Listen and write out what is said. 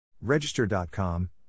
Register.com